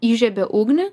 įžiebė ugnį